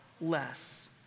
less